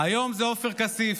היום זה עופר כסיף.